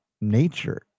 nature